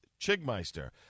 Chigmeister